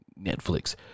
netflix